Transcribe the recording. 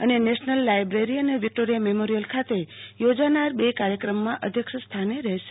અને national library અને Victoria Memorial ખાતે યોજાનારા બે કાર્યક્રમોમાં અધ્યક્ષતા કરશે